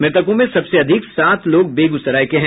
मृतकों में सबसे अधिक सात लोग बेगूसराय के हैं